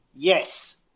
Yes